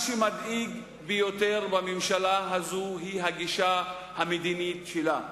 מה שמדאיג ביותר בממשלה הזאת הוא הגישה המדינית שלה.